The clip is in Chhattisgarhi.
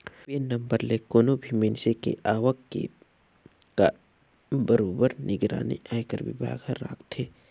पेन नंबर ले कोनो भी मइनसे के आवक के बरोबर निगरानी आयकर विभाग हर राखथे